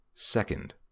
Second